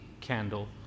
candle